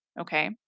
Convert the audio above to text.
Okay